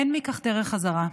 אין מזה דרך חזרה,